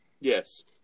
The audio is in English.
Yes